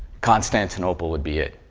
constantinople would be it.